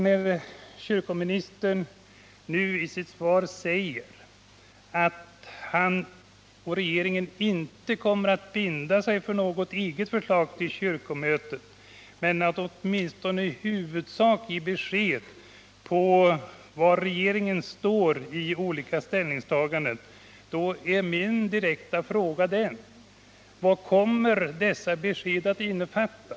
När kyrkoministern nu i sitt svar säger att han och regeringen inte kommer att binda sig för något eget förslag till kyrkomötet men åtminstone i huvudsak skall ge besked om var regeringen står i olika hänseenden är min direkta fråga: Vad kommer dessa besked att innefatta?